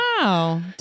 Wow